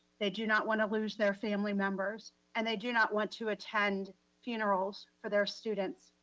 they do not wanna lose their family members and they do not want to attend funerals for their students.